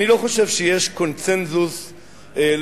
אני לא חושב שיש קונסנזוס לאומי,